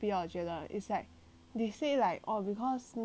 they say like oh because 你 wear right then